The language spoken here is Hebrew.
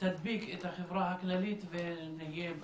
תדביק את החברה הכללית ונהיה,